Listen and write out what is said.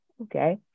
Okay